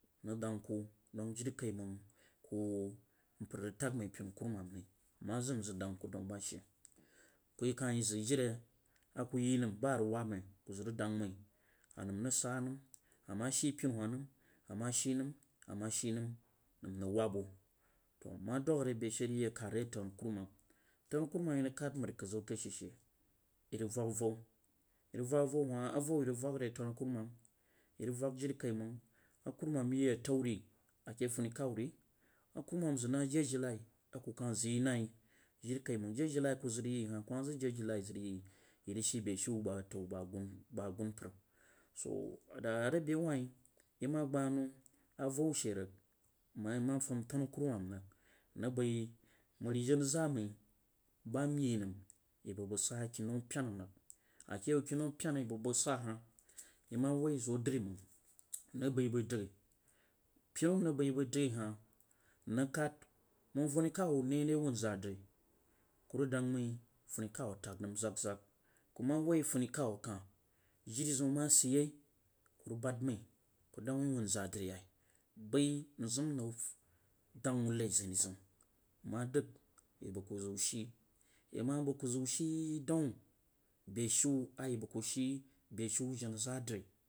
Nrig dang ku dang jirrikimang ku mpar a rig tang mai penu kuru man ri nma zang zanf dang ku dam ba shi ku kah yeh jar a ku yeh nam ba a rig wab mai ku zag rig dang a nam rig sah nam, ama shi penu haha nam ama shu nam ama shu nam nam rig wab wuh to ama dang ri beshi ri yeh kan ri tanu kurumam tanu kuruman a yeh rig kad mrikadzaw rig vag a vowa yeh rig vag a vow a yeh rig vag tamkuruman yeh rig mang a kurumam yeh ye atau rig, a keh funi kan wuh re a kurumam zag na jerri jina a ku kan zag yah na yeh jirikaimang jiri a jina a ju zag rig yeh ye hah kuma zag jiri a jina zag rig yeh ye ye rug shi mei shu ba atam ba agumpar, to a ri bei wah ri yeh ma gbhai nou wa rignma yeh mah fam tanukurumam rig rig bai mrijannza mai ba nyeh nan yeh bu bang sah lenu wena rig a keh yew kenupena a yeh bu bang sah hah yeh ma wuh zo dri manf nrig bai bang dang penu nrig bai bagdang tah nrig kad mang funi kaw tag nam zag zag ku ma wuh funi kaw kah diriziu ma sid, yeh ku rig bad mai ku dang wuh dirizim ma si yeh ku rig bad mai ku dang wuh wunzadri yah bazi nzam fu dang wuh mai zang zeum nma dang yehibang ku zaw she yeh ma ku zow she daw bei shu a yeh bu ku shu bei shu janazadri.